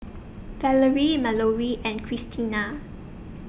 Valery Mallorie and Christena